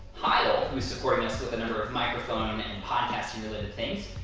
heil, who's supporting us with a number of microphone and podcasting related things.